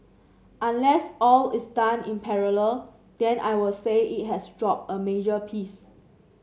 unless all is done in parallel then I will say it has dropped a major piece